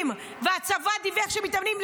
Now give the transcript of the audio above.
והצבא דיווח שהם מתאמנים,